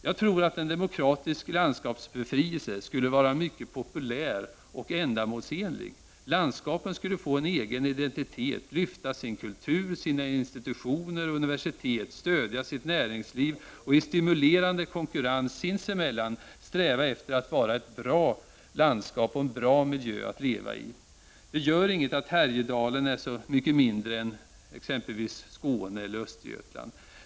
Jag tror att en demokratisk landskapsbefrielse skulle vara mycket populär och ändamålsenlig. Landskapen skulle få en egen identitet, lyfta sin kultur, sina institutioner och universitet, stödja sitt näringsliv och i stimulerande konkurrens sinsemellan sträva efter att vara ett bra landskap och en bra miljö att leva i. Det gör inte något att Härjedalen är så mycket mindre än exempelvis Skåne eller Östergötland.